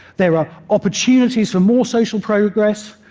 there are opportunities for more social progress,